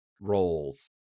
roles